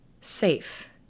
safe